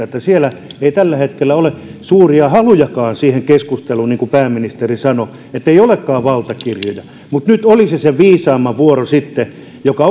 että siellä ei tällä hetkellä ole suuria halujakaan siihen keskusteluun niin kuin pääministeri sanoi että ei olekaan valtakirjoja mutta nyt olisi sitten sen viisaamman vuoro joka